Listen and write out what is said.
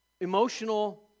emotional